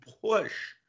push